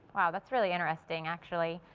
wow, that's really interesting actually.